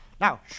Now